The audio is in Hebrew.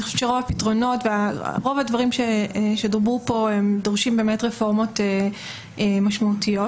רוב הפתרונות והדברים שדוברו פה דורשים רפורמות משמעותיות.